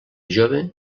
jove